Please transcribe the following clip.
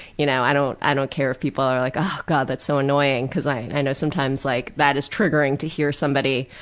you know, i don't i don't care if people are like, oh god, that's so annoying' cause i i know sometimes, like, that is triggering to somebody